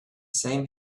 same